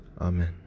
Amen